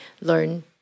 learn